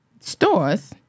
stores